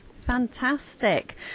Fantastic